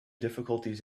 difficulties